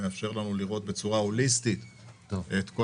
מאפשר לנו לראות בצורה הוליסטית את כל